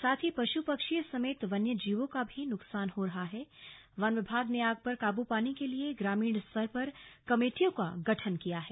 साथ ही पशु पक्षी समेत वन्य जीवों का भी नुकसान हो रहा है वन विभाग ने आग पर काबू पाने के लिए ग्रमीण स्तर पर कमेटियों का गठन किया है